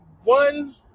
One